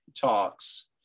talks